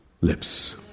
lips